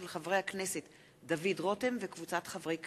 של חבר הכנסת דוד רותם וקבוצת חברי הכנסת.